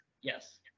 yes